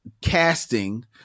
casting